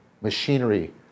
machinery